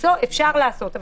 בתוכו אי-אפשר קפסולות.